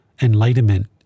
Enlightenment